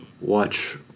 watch